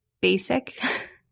basic